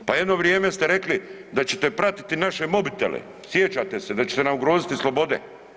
Pa jedno vrijeme ste rekli da ćete pratiti naše mobitele, sjećate se, da ćete nam ugroziti slobode.